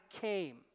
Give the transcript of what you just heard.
came